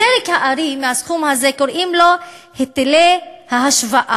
חלק הארי מהסכום הזה קוראים לו "היטלי השוואה",